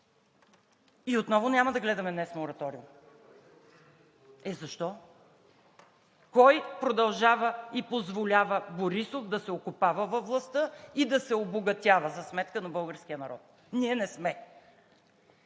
Отново няма да гледаме днес мораториума. Е, защо? Кой продължава и позволява Борисов да се окопава във властта и да се обогатява за сметка на българския народ? Ние не сме!